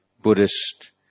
Buddhist